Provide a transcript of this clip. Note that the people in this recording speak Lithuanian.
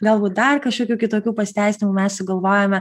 galbūt dar kažkokių kitokių pasiteisinimų mes sugalvojome